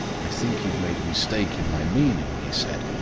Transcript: i think you've made a mistake in my meaning, he said.